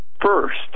First